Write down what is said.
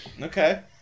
Okay